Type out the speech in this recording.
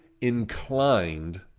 inclined